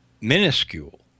minuscule